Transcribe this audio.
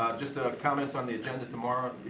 um just ah comments on the agenda tomorrow.